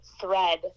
thread